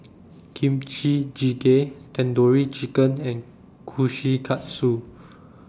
Kimchi Jjigae Tandoori Chicken and Kushikatsu